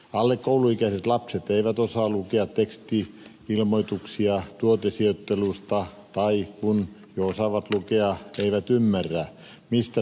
alle kouluikäiset lapset eivät osaa lukea teksti ilmoituksia tuotesijoittelusta tai kun jo osaavat lukea eivät ymmärrä mistä tuotesijoittelussa on kysymys